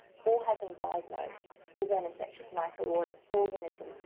four had been diagnosed with an infectious microorganism,